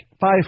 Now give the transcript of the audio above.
five